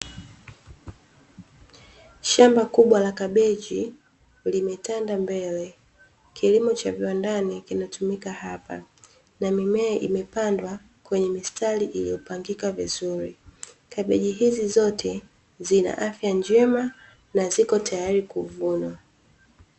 Shamba kubwa la kabeji limetanda mbele. Kilimo cha viwandani kunatumika hapa, na mimea imepandwa kwenye mistari iliyopangika vizuri. Kabeji hizi zote zina afya njema, na ziko tayari kuvunwa.